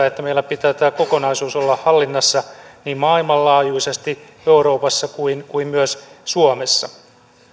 että meillä pitää tämä kokonaisuus olla hallinnassa niin maailmanlaajuisesti euroopassa kuin kuin myös suomessa